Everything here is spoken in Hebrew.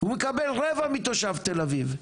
הוא מקבל רבע מתושב תל אביב.